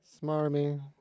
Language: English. Smarmy